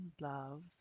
love